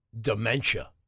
dementia